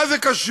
מה זה קשור?